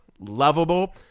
lovable